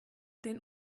den